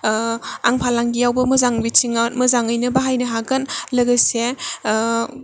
आं फालांगियावबो मोजां बिथिङै मोजाङैनो बाहायनो हागोन लोगोसे